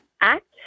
Act